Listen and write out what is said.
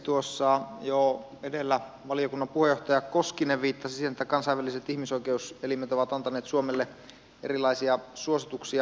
tuossa jo edellä valiokunnan puheenjohtaja koskinen viittasi siihen että kansainväliset ihmisoikeuselimet ovat antaneet suomelle erilaisia suosituksia